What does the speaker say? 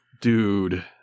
dude